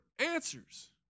answers